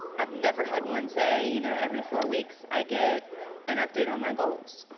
i've never had one say, you know every four weeks i get an update on my goals.